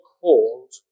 called